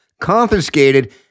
confiscated